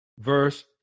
verse